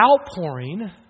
Outpouring